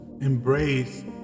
Embrace